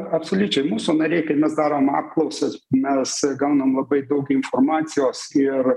absoliučiai mūsų nariai kai mes darom apklausas mes gaunam labai daug informacijos ir